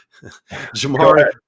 Jamari